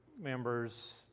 members